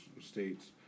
states